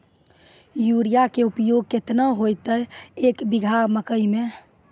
Urea के उपयोग केतना होइतै, एक बीघा मकई मे?